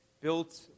built